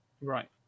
Right